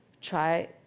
try